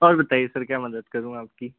और बताइए सर क्या मदद करूँ आपकी